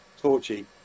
Torchy